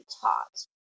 taught